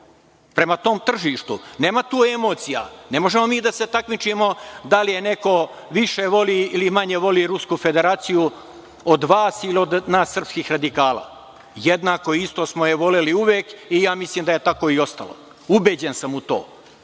prema tom tržištu. Nema tu emocija. Ne možemo mi da se takmičimo da li neko više voli ili manje voli Rusku Federaciju od vas ili od nas srpskih radikala. Jednako isto smo je voleli uvek i ja mislim da je tako i ostalo. Ubeđen sam u